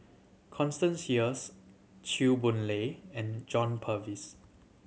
Constance Sheares Chew Boon Lay and John Purvis